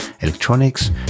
electronics